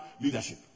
leadership